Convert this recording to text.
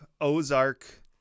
Ozark